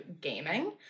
gaming